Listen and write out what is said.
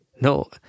no